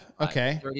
Okay